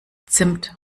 zimt